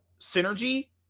synergy